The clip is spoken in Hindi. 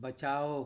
बचाओ